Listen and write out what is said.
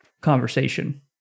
conversation